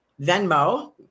Venmo